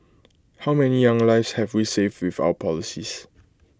how many young lives have we saved with our policies